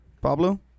Pablo